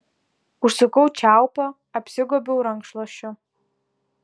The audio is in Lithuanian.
užsukau čiaupą apsigobiau rankšluosčiu